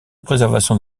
préservation